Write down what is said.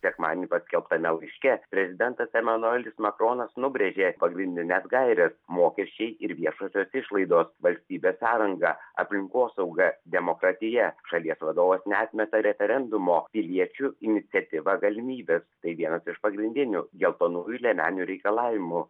sekmadienį paskelbtame laiške prezidentas emanuelis makronas nubrėžė pagrindine gaires mokesčiai ir viešosios išlaidos valstybės sąranga aplinkosauga demokratija šalies vadovas neatmeta referendumo piliečių iniciatyva galimybės tai vienas iš pagrindinių geltonųjų liemenių reikalavimų